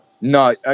No